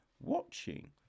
Watching